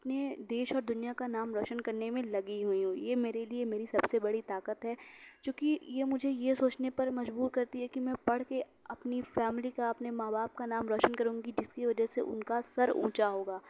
اپنے دیش اور دنیا کا نام روشن کرنے میں لگی ہوئی ہوں یہ میرے لئے میری سب سے بڑی طاقت ہے جو کہ یہ مجھے یہ سوچنے پر مجبور کرتی ہے کہ میں پڑھ کے اپنی فیملی کا اپنے ماں باپ کا نام روشن کروں گی جس کی وجہ سے ان کا سر اونچا ہوگا